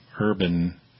urban